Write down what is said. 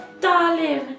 darling